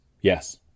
yes